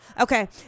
Okay